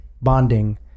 bonding